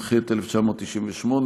התשנ"ח 1998,